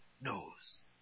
knows